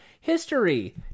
History